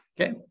Okay